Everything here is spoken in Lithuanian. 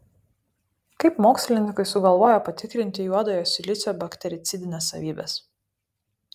kaip mokslininkai sugalvojo patikrinti juodojo silicio baktericidines savybes